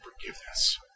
forgiveness